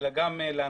אלא גם להנחות,